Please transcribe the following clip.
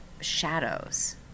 shadows